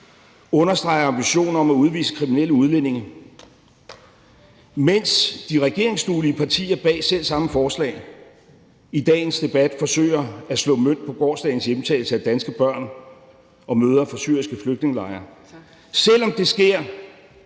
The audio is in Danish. understreger ambitionen om at udvise kriminelle udlændinge, mens de regeringsduelige partier bag selv samme forslag i dagens debat forsøger at slå mønt på gårsdagens hjemtagelse af danske børn og mødre fra syriske flygtningelejre, selv om det sker